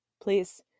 please